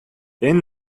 энэ